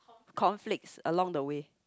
conflicts along the way